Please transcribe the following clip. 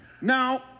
Now